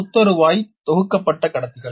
முத்தறுவாய் தொகுக்க பட்ட கடத்திகள்